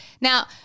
Now